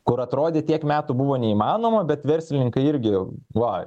kur atrodė tiek metų buvo neįmanoma bet verslininkai irgi va